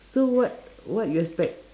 so what what you expect